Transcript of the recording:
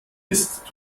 ist